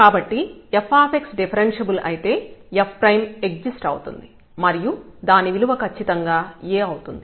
కాబట్టి f differentiable అయితే f exist అవుతుంది మరియు దాని విలువ ఖచ్చితంగా A అవుతుంది